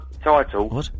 Title